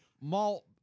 malt